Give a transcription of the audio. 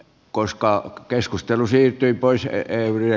koska keskustelu siirtyy pois ja engel